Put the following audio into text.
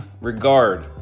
regard